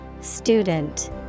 Student